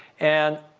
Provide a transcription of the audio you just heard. and